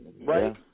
Right